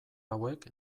hauek